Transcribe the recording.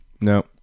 No